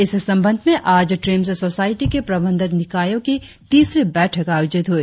इस संबंध में आज ट्रीम्स सोसायटी की प्रबंधक निकायों की तीसरी बैठक आयोजित हुई